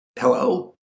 Hello